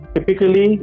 Typically